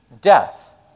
Death